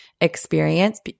experience